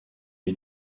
est